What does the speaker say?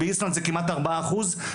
באיסלנד זה כמעט ארבעה אחוז,